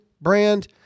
brand